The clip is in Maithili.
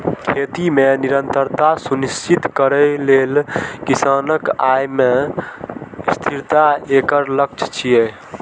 खेती मे निरंतरता सुनिश्चित करै लेल किसानक आय मे स्थिरता एकर लक्ष्य छियै